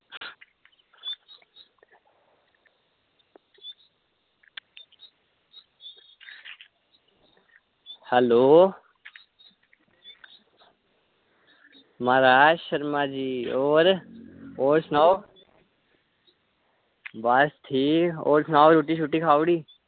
hello म्हाराज शर्मा जी होर होर सनाओ बस ठीक होर सनाओ रुट्टी खाई ओड़ी